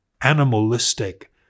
animalistic